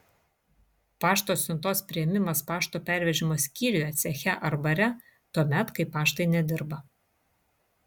pašto siuntos priėmimas pašto pervežimo skyriuje ceche ar bare tuomet kai paštai nedirba